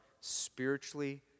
spiritually